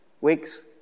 Weeks